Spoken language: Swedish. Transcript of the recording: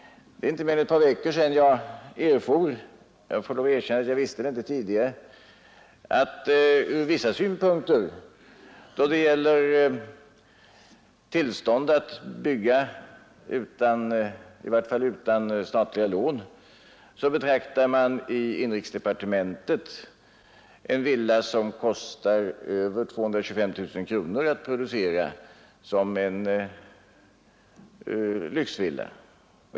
Det är inte mer än ett par veckor sedan jag erfor — jag får erkänna att jag inte visste det tidigare — att man inom inrikesdepartementet i vart fall då det gäller tillstand att bygga utan statliga lån betraktar en villa, som kostar över 225 000 kronor att producera, som en lyxvilla.